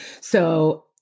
So-